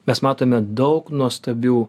mes matome daug nuostabių